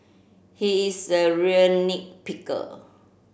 he is a real nit picker